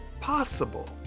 possible